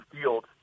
field